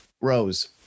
Rose